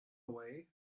away